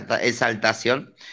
exaltación